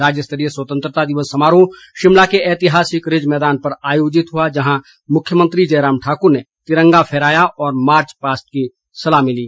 राज्यस्तरीय स्वतंत्रता दिवस समारोह शिमला के ऐतिहासिक रिज मैदान पर आयोजित हुआ जहां मुख्यमंत्री जयराम ठाक्र ने तिरंगा फहराया और मार्च पास्ट की सलामी ली